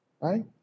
Right